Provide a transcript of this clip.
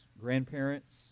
grandparents